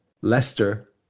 Leicester